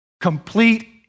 Complete